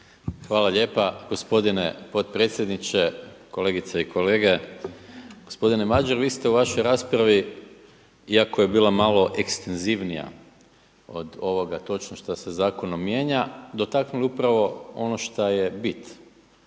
Hvala lijepa gospodine potpredsjedniče, kolegice i kolege. Gospodine Madjer, vi ste u vašoj raspravi iako je bila malo ekstenzivnija od ovoga točno što se zakonom mijenja dotaknuli upravo ono šta je bit